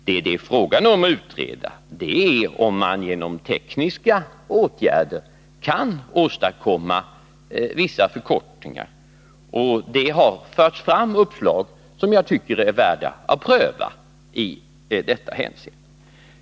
Vad det är fråga om att utreda är om man genom tekniska åtgärder kan åstadkomma vissa förkortningar, och det har förts fram uppslag som jag tycker är värda att pröva i detta hänseende.